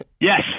Yes